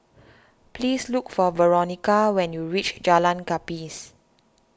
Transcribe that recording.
please look for Veronica when you reach Jalan Gapis